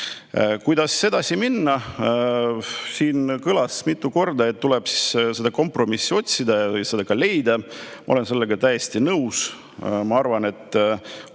õige. Kuidas edasi minna? Siin kõlas mitu korda, et tuleb seda kompromissi otsida ja see ka leida. Ma olen sellega täiesti nõus. Ma arvan, et